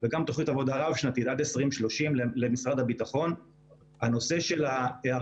וגם תוכנית עבודה רב-שנתית עד 2030. הנושא של ההיערכות